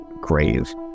grave